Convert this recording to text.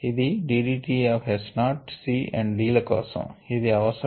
ఇది d d t of S naught C and D ల కోసం ఇది అవసరం